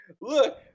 look